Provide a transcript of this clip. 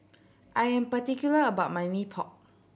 I am particular about my Mee Pok